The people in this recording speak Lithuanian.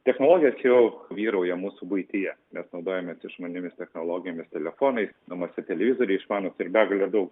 technologijos jau vyrauja mūsų buityje mes naudojamės išmaniosiomis technologijomis telefonais namuose televizoriai išmanūs ir begalė daug